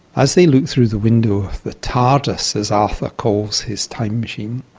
as they look through the window of the tardis, as arthur calls his time machine,